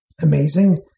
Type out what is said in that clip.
amazing